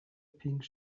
pink